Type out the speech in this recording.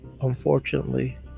unfortunately